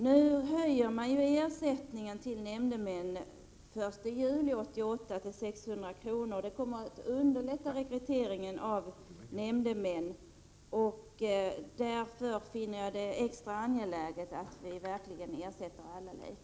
När man nu höjer ersättningen till nämndemän fr.o.m. den 1 juli 1988 till 600 kr., vilket kommer att underlätta rekryteringen av nämndemän, finner jag det extra angeläget att vi verkligen ersätter alla lika.